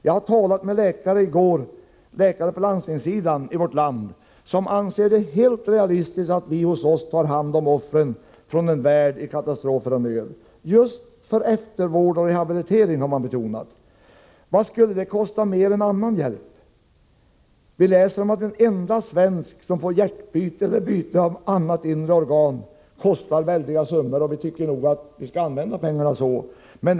Jag har talat med läkare på landstingssidan i vårt land som anser det helt realistiskt att vi hos oss tar hand om offren från en värld full av katastrofer och nöd, just för eftervård och rehabilitering, har man betonat. Hur mycket skulle det kosta mer än annan hjälp? Vi läser om att en enda svensk som får genomgå hjärtbyte eller byte av annat inre organ kostar väldiga summor, men vi tycker nog att vi skall använda pengarna så.